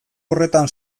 horretan